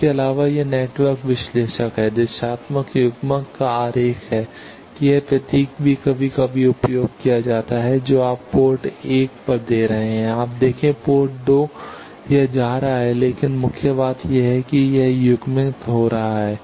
इसके अलावा यह नेटवर्क विश्लेषक है दिशात्मक युग्मक का आरेख है कि यह प्रतीक भी कभी कभी उपयोग किया जाता है जो आप पोर्ट 1 पर दे रहे हैं आप देखें पोर्ट 2 यह जा रहा है लेकिन मुख्य बात यह है कि यह युग्मित हो रहा है